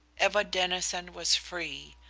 eva denison was free.